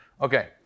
Okay